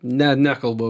net nekalbu